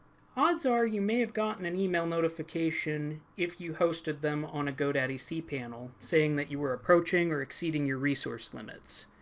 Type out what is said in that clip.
odds are you may have gotten an email notification if you hosted them on a godaddy cpanel, saying that you were approaching or exceeding your resource limits.